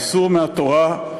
איסור מהתורה.